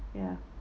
ya